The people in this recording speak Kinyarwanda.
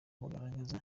bagaragaza